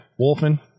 Wolfen